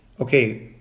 Okay